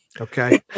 Okay